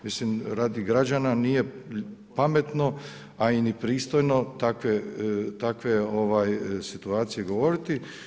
Mislim radi građana nije pametno a i ni pristojno takve situacije govoriti.